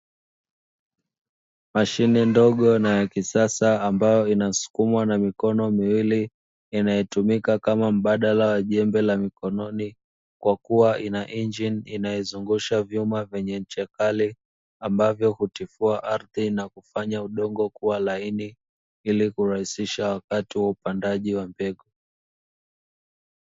Mashine ndogo na ya kisasa, ambayo inasukumwa na mikono miwili, inayotumika kama mbadala wa jembe la mikononi, kwa kuwa ina injini inayozungusha vyuma vyenye ncha kali, ambavyo hutifua ardhi na kufanya udongo kuwa laini ili kurahisisha wakati wa upandaji wa mbegu.